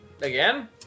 again